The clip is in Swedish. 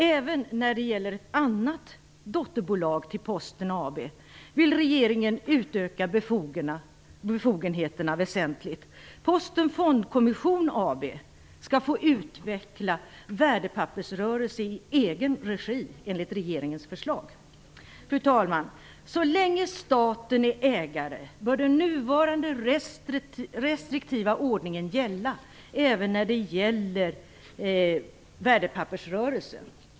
Även när det gäller ett annat dotterbolag till Posten AB vill regeringen utöka befogenheterna väsentligt. Posten Fondkommission AB skall få utveckla värdepappersrörelse i egen regi enligt regeringens förslag. Fru talman! Så länge staten är ägare bör den nuvarande restriktiva ordningen gälla även för värdepappersrörelsen.